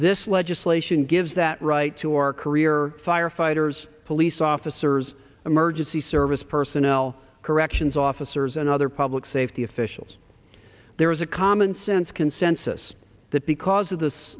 this legislation gives that right to our career firefighters police officers emergency service personnel corrections officers and other public safety officials there is a commonsense consensus that because of this